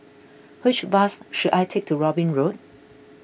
which bus should I take to Robin Road